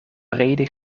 brede